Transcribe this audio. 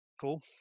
cool